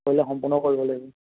কৰিলে সম্পূৰ্ণ কৰিব লাগিব